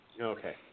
Okay